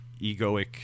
egoic